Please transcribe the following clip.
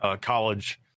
college